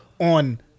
on